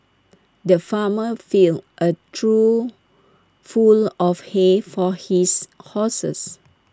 the farmer filled A trough full of hay for his horses